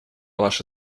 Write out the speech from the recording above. ваши